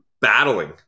battling